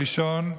הראשון,